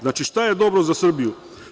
Znači, šta je dobro za Srbiju?